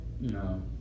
No